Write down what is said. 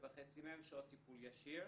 10.5 מהן שעות טיפול ישיר,